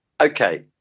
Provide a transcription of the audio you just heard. Okay